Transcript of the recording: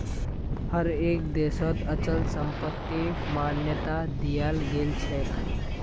हर एक देशत अचल संपत्तिक मान्यता दियाल गेलछेक